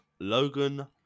Logan